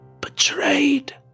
betrayed